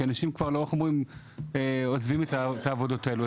כי אנשים עוזבים את העבודות האלו,